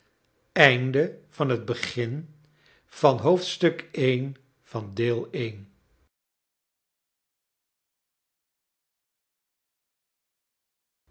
in het begin van de